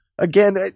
Again